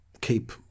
keep